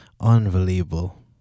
unbelievable